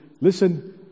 Listen